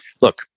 Look